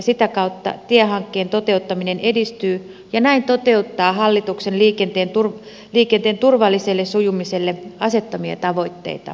sitä kautta tiehankkeen toteuttaminen edistyy ja näin toteuttaa hallituksen liikenteen turvalliselle sujumiselle asettamia tavoitteita